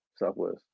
Southwest